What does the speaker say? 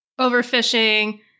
overfishing